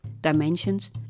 dimensions